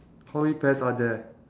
how many pears are there